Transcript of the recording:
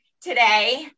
today